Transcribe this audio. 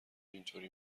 اینطوری